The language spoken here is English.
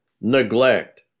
neglect